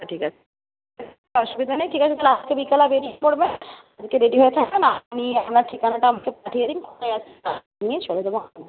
ঠিক আছে অসুবিধা নেই ঠিক আছে তাহলে আজকে বিকালে যদি রেডি হয়ে থাকবেন আমি আপনার ঠিকানাটা আমাকে পাঠিয়ে দিন কোথায় আছেন